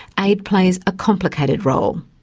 aid plays a complicated role.